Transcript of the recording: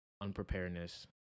unpreparedness